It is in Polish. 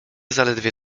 zaledwie